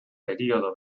período